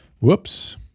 Whoops